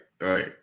right